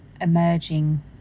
emerging